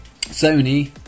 Sony